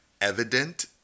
evident